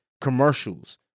commercials